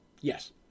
Yes